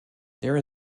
there